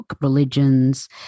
religions